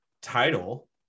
title